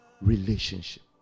relationship